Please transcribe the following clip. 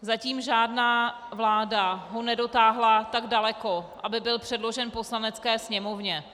Zatím žádná vláda ho nedotáhla tak daleko, aby byl předložen Poslanecké sněmovně.